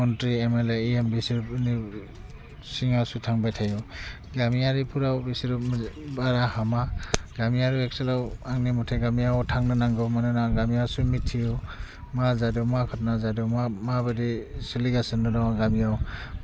मन्थ्रि एमएलए इएम बिसोरबोनि सिङावसो थांबाय थायो गामियारि फोराव बिसोरो बारा हामा गामियारि ओनसोलाव आंनि मथे गामियाव थांनो नांगौ मानोना गामियावसो मिथिगो मा जादों मा घतना जादों मा माबादि सोलिगासिनो दङ गामियाव